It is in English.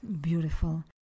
Beautiful